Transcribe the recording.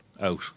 out